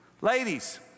Ladies